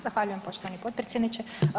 Zahvaljujem poštovani potpredsjedniče.